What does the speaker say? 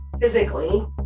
physically